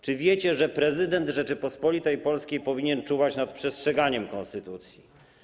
Czy wiecie, że prezydent Rzeczypospolitej Polskiej powinien czuwać nad przestrzeganiem konstytucji?